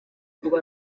kuba